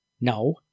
No